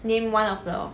name one of the